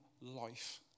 life